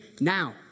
now